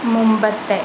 മുമ്പത്തെ